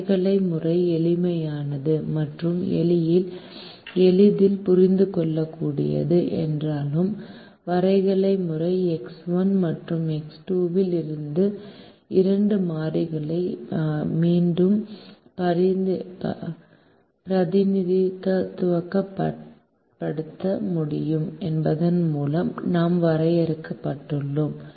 வரைகலை முறை எளிமையானது மற்றும் எளிதில் புரிந்துகொள்ளக்கூடியது என்றாலும் வரைகலை முறை X1 மற்றும் X2 இல் இரண்டு மாறிகளை மட்டுமே பிரதிநிதித்துவப்படுத்த முடியும் என்பதன் மூலம் நாம் வரையறுக்கப்பட்டுள்ளோம்